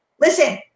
Listen